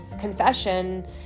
confession